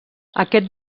aquest